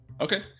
Okay